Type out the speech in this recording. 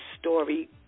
story